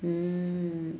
mm